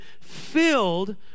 filled